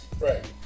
Right